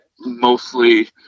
mostly